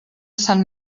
sant